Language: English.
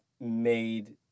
made